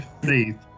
faith